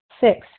Six